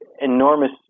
enormous